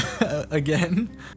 again